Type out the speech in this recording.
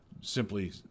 simply